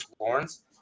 Lawrence